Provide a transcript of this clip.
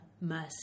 Mercy